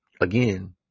again